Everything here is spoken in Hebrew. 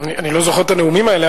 אני לא זוכר את הנאומים האלה,